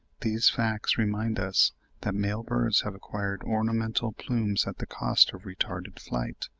these facts remind us that male birds have acquired ornamental plumes at the cost of retarded flight,